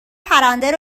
پرنده